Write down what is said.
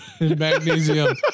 Magnesium